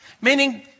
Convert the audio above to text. meaning